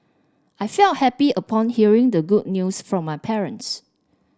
I felt happy upon hearing the good news from my parents